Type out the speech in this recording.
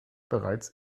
bereits